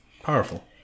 Powerful